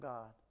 God